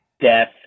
death